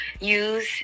use